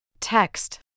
Text